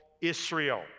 Israel